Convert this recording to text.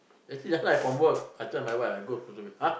just now from work I tell my wife I go !huh!